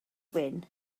wyn